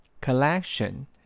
collection